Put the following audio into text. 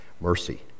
mercy